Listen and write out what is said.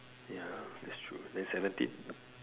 ya that's true then seventeen